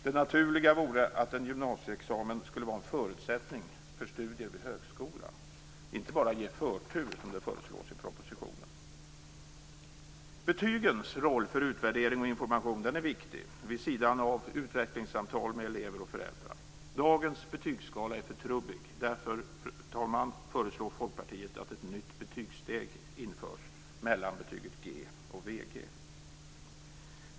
Det naturliga vore att en gymnasieexamen skulle vara en förutsättning för studier vid högskola, inte bara ge förtur, som det föreslås i propositionen. Betygens roll för utvärdering och information är viktig, vid sidan av utvecklingssamtal med elever och föräldrar. Dagens betygsskala är för trubbig. Därför, fru talman, föreslår Folkpartiet att ett nytt betygssteg införs mellan betyget G och VG.